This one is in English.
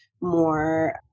more